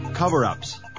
Cover-ups